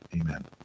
Amen